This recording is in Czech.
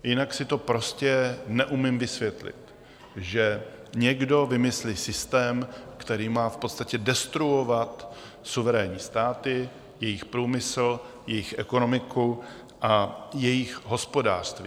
Jinak si to prostě neumím vysvětlit, že někdo vymyslí systém, který má v podstatě destruovat suverénní státy, jejich průmysl, jejich ekonomiku a jejich hospodářství.